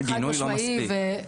חד משמעי,